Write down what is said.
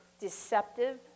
deceptive